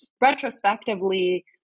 retrospectively